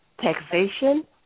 taxation